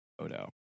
photo